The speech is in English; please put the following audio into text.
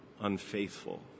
unfaithful